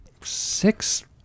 six